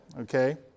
okay